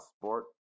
sport